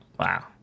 wow